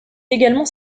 également